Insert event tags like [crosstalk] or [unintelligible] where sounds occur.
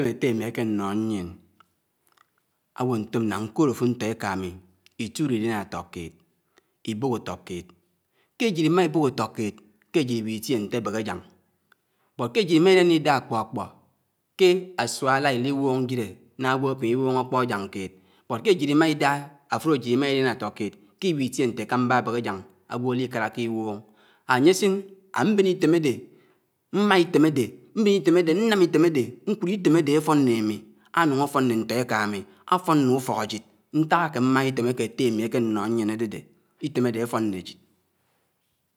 [unintelligible] áwò ntòm nné kòd áfud ntọéké itùd idiáná átọkéd, ibòhò tọkéd. Kéjid imabòhò átọkéd kéjid iwitiě nté ákék áyáñg but kéjid imánáná idá ákpọkpọ ké ásuá iádiwọŋ jire náŋá gwò kémiwọñ akpọ ájañg kéd but kéjid imádá, áfùd ajid imánáná tọkéd k witié nté kǎmbá ábék ájáñg ágwo ukáláké iñwọg. Áñyésin ámben itém ádé mmá itém ádé mbén itém ádé nnám itém ádé nkùt itém ádé áfọn nnémi áyùñg áfọn nné ntọkámi áfọn nné ũfọkájid ntákémáhá itém ákétémi ákénọhọ ñyien ádédé, itém ádé áfọn nnéjid